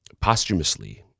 Posthumously